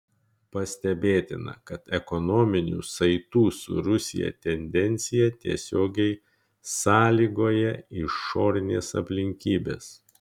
pastebėtina kad ekonominių saitų su rusija tendencija tiesiogiai sąlygoja išorinės aplinkybės